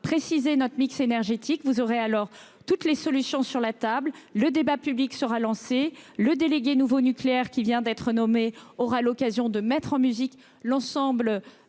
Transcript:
préciser notre mix énergétique. Vous aurez alors toutes les solutions sur la table. Le débat public sera lancé, et le délégué interministériel au nouveau nucléaire, qui vient d'être nommé, aura l'occasion de mettre en musique l'action